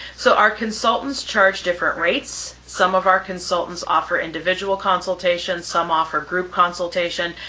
so our consultants charge different rates. some of our consultants offer individual consultations, some offer group consultation.